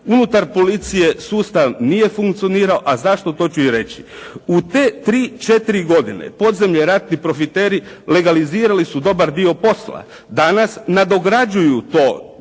Unutar policije sustav nije funkcionirao, a zašto? To ću i reći. U te tri, četiri godine podzemlje, ratni profiteri legalizirali su dobar dio posla. Danas nadograđuju to posve